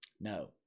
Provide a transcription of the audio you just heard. No